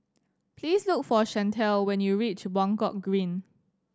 please look for Chantelle when you reach Buangkok Green